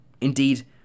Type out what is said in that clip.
Indeed